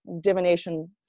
divination